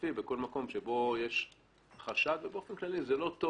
מצרפי בכל מקום בו יש חשד ובאופן כללי זה לא טוב